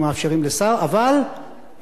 אבל מגבילים אותם בזמן,